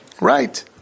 Right